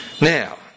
Now